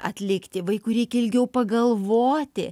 atlikti vaikui reikia ilgiau pagalvoti